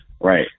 right